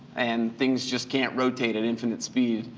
and things just can't rotate at infinite speeds,